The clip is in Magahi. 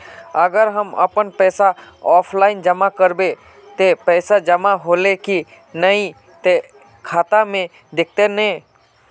अगर हम अपन पैसा ऑफलाइन जमा करबे ते पैसा जमा होले की नय इ ते खाता में दिखते ने?